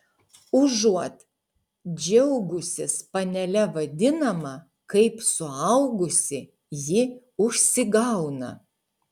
užuot džiaugusis panele vadinama kaip suaugusi ji užsigauna